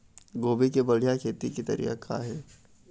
गोभी के बढ़िया खेती के तरीका का हे?